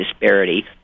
disparity